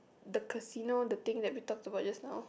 the casino the thing that we talked about just now